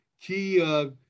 key